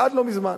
לא מזמן.